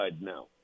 now